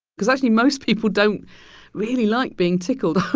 cause actually, most people don't really like being tickled.